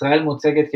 ישראל מוצגת כקוביה,